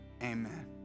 amen